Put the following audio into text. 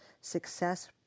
Success